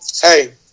hey